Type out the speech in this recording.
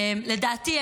לדעתי,